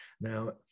now